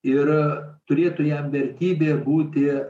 ir turėtų jam vertybė būti